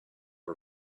her